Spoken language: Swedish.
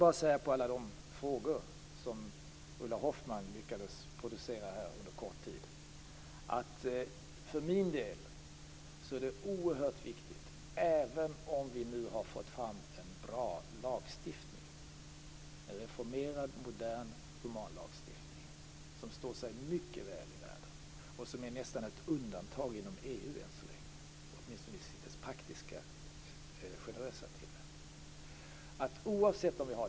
Som svar på alla de frågor som Ulla Hoffmann lyckades producera under kort tid kan jag bara säga att för min del finns det en sak som är oerhört viktig även om vi nu har fått fram en bra lagstiftning - en reformerad, modern och human lagstiftning som står sig mycket väl i världen och som nästan är ett undantag inom EU än så länge, åtminstone i dess praktiska generösa tillämpning.